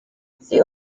sie